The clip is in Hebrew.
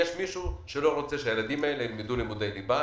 כי יש מישהו שלא רוצה שהילדים האלה ילמדו לימודי ליבה,